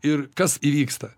ir kas įvyksta